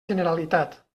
generalitat